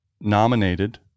nominated